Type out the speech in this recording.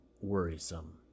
worrisome